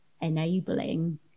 enabling